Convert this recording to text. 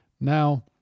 Now